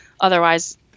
otherwise